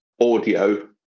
audio